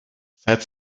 seit